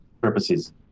purposes